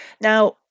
Now